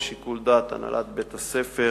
בשיקול דעת הנהלת בית-הספר,